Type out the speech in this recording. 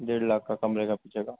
ڈیڑھ لاکھ کا کمرے کا پہنچے گا